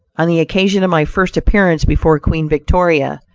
on the occasion of my first appearance before queen victoria,